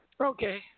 Okay